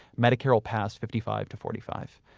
medicare will pass fifty five to forty five.